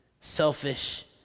selfish